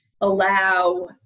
allow